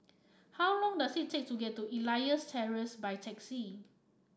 how long does it take to get to Elias Terrace by taxi